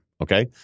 Okay